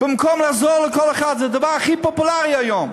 במקום לעזור לכל אחד, זה הדבר הכי פופולרי היום.